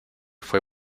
fue